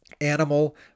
animal